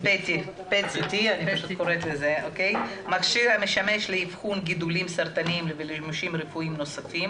PET-CT (מכשיר המשמש לאבחון גידולים סרטניים ולשימושים רפואיים נוספים)